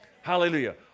hallelujah